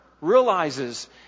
realizes